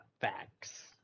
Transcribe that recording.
facts